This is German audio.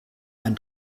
einen